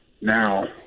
now